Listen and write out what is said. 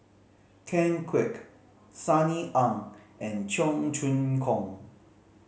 Ken Kwek Sunny Ang and Cheong Choong Kong